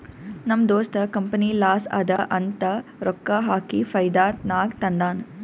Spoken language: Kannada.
ನಮ್ ದೋಸ್ತ ಕಂಪನಿ ಲಾಸ್ ಅದಾ ಅಂತ ರೊಕ್ಕಾ ಹಾಕಿ ಫೈದಾ ನಾಗ್ ತಂದಾನ್